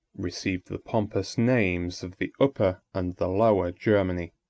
received the pompous names of the upper and the lower germany.